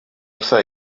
wrtha